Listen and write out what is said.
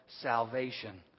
salvation